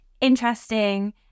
interesting